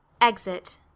Exit